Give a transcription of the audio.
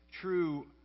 true